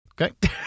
Okay